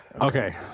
Okay